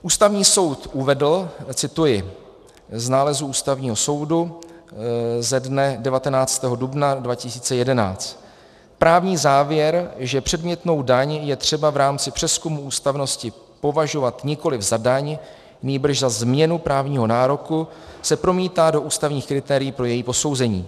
Ústavní soud uvedl, cituji z nálezu Ústavního soudu ze dne 19. dubna 2011: Právní závěr, že předmětnou daň je třeba v rámci přezkumu ústavnosti považovat nikoliv za daň, nýbrž za změnu právního nároku, se promítá do ústavních kritérií pro její posouzení.